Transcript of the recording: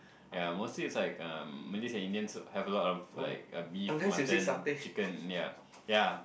ya mostly it's like um Malays and Indians have a lot of like uh beef mutton chicken ya ya